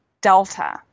delta